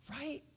right